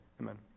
Amen